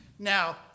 Now